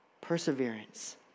perseverance